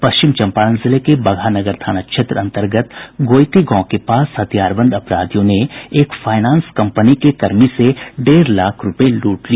पश्चिम चंपारण जिले के बगहा नगर थाना क्षेत्र अन्तर्गत गोईती गांव के पास हथियारबंद अपराधियों ने एक फाइनेंस कर्मी से डेढ़ लाख रुपये लूट लिए